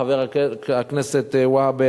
חבר הכנסת והבה,